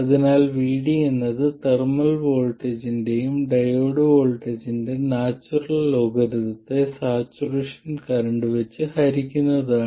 അതിനാൽ VD എന്നത് thermal വോൾട്ടാജിന്റെയും ഡയോഡ് കറന്റിന്റെ നാച്ചുറൽ ലോഗരിതത്തെ സാറ്റുറേഷൻ കറന്റു വെച്ച ഹരിക്കുന്നതാണ്